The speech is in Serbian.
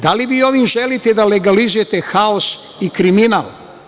Da li vi ovim želite da legalizujete haos i kriminal?